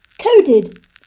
Coded